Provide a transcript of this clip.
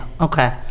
Okay